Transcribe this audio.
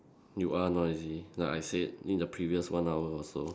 you are noisy like I said in the previous one hour or so